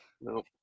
Nope